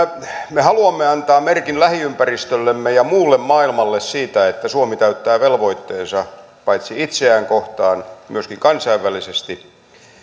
me haluamme antaa merkin lähiympäristöllemme ja muulle maailmalle siitä että suomi täyttää velvoitteensa paitsi itseään kohtaan myöskin kansainvälisesti